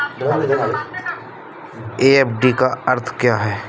FD का अर्थ क्या है?